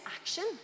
action